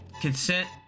consent